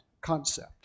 concept